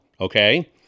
okay